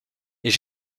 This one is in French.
est